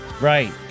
Right